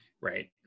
Right